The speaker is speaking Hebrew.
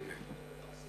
להסיר.